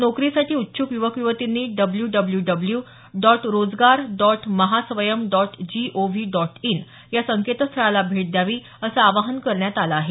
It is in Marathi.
नोकरीसाठी इच्छुक युवक युवतींनी W W W dot Rojgar dot Maha Swayam dot G O V dot in या संकेतस्थळाला भेट द्यावी असं आवाहन करण्यात आलं आहे